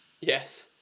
Yes